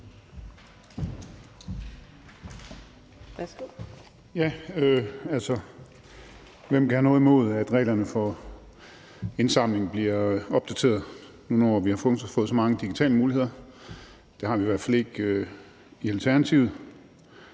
hvem kan have noget imod, at reglerne for indsamling bliver opdateret nu, hvor vi har fået så mange digitale muligheder? Det har vi i hvert fald ikke i Alternativet.